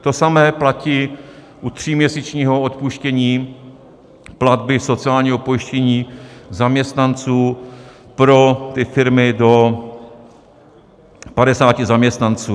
To samé platí u tříměsíčního odpuštění platby sociálního pojištění zaměstnanců pro firmy do 50 zaměstnanců.